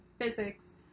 physics